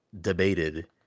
debated